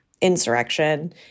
insurrection